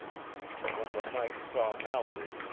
when the knight saw mallory,